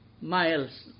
miles